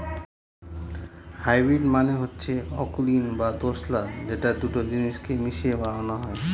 hybrid মানে হচ্ছে অকুলীন বা দোঁশলা যেটা দুটো জিনিস কে মিশিয়ে বানানো হয়